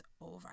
over